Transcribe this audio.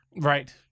Right